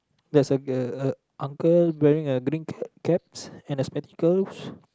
there's like a uncle wearing a green cap and a spectacle